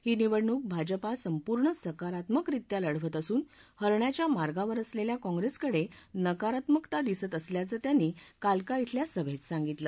ही निवडणूक भाजपा संपूर्ण सकारात्मकरित्या लढवत असून हरण्याच्या मार्गावर असलेल्या काँप्रेसकडे नकारात्मकता दिसत असल्याचं त्यांनी काल्का धिल्या सभेत सांगितलं